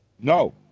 no